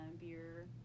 beer